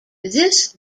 this